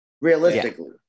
realistically